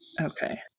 Okay